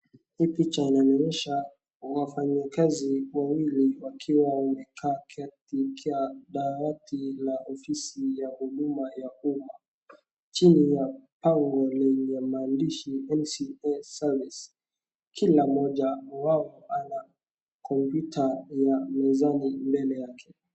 Hii picha inanionyesha wafanyikazi wawili wakiwa wamekaa katika dawati la ofisi ya huduma ya umma, chini yao kuna maandishi NCA service , kila mmoja wao ana kompyuta ya mezani mbele yake.